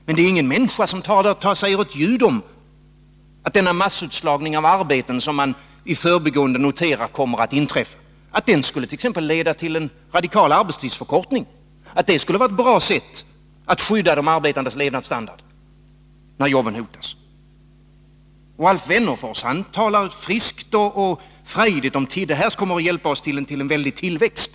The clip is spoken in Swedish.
Men inte en enda människa säger ett ljud om att denna massutslagning av arbeten, som man i förbigående noterar kommer att inträffa, skulle leda till exempelvis en radikal arbetstidsförkortning — att det skulle vara ett bra sätt att skydda de arbetandes levnadsstandard när jobben hotas. Alf Wennerfors talar friskt och frejdigt om att det här kommer att hjälpa oss till en väldig tillväxt.